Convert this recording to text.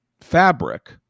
fabric